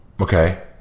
Okay